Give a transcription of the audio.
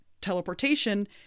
teleportation